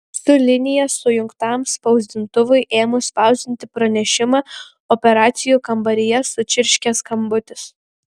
su linija sujungtam spausdintuvui ėmus spausdinti pranešimą operacijų kambaryje sučirškė skambutis